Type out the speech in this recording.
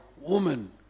woman